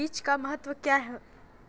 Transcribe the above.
बीज का महत्व क्या है?